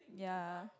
ya